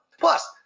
Plus